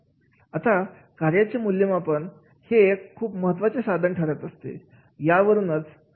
आता कार्याचे मूल्यमापन हे एक खूप महत्त्वाचे साधन ठरत असते